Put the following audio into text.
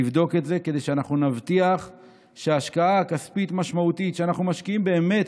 לבדוק את זה כדי שנבטיח שההשקעה הכספית המשמעותית שאנחנו משקיעים באמת,